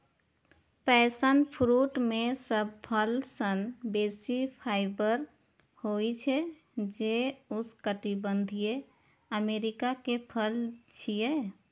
passion fruit मे सब फल सं बेसी फाइबर होइ छै, जे उष्णकटिबंधीय अमेरिका के फल छियै